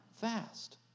fast